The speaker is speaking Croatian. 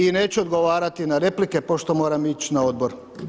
I neću odgovarati na replike, pošto moram ići na odbor.